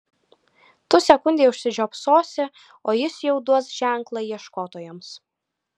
tu sekundei užsižiopsosi o jis jau duos ženklą ieškotojams